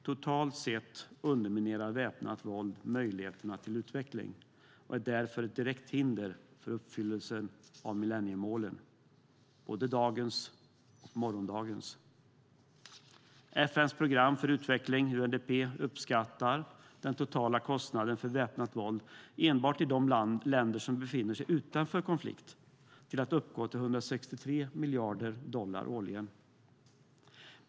Totalt sett underminerar väpnat våld möjligheterna till utveckling och är därför ett direkt hinder för uppfyllelsen av millenniemålen - både dagens och morgondagens. I FN:s program för utveckling, UNDP, uppskattas den totala kostnaden för väpnat våld enbart i de länder som befinner sig utanför konflikt uppgå till 163 miljarder dollar årligen.